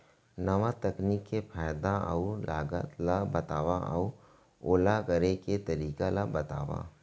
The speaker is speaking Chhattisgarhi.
नवा तकनीक के फायदा अऊ लागत ला बतावव अऊ ओला करे के तरीका ला बतावव?